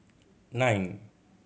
nine